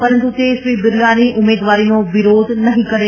પરંતુ તે શ્રી બિરલાની ઉમેદવારીનો વિરોધ નહીં કરે